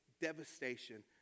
devastation